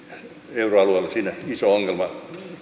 euroalueella siinä iso ongelma